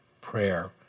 prayer